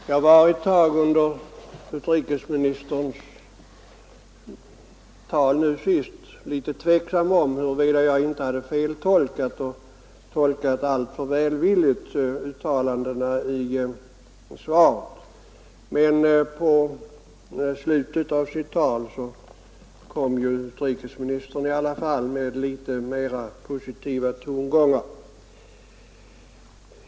Herr talman! Jag var ett tag under utrikesministerns tal senast litet tveksam om huruvida jag inte hade feltolkat på så sätt att jag tolkat uttalandena i svaret alltför välvilligt. Men i slutet av sitt tal kom utrikesministern i alla fall med litet mera positiva tongångar.